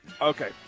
Okay